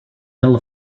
middle